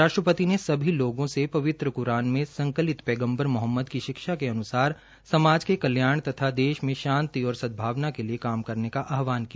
राष्ट्रपति ने सभी लोगों से पवित्र कुरान में संकलित पैगम्बर मोहम्मद की शिक्षा के अनुसार समाज के कल्याण तथा देश में शांति और सदभावना के लिए काम करने का आह्वान किया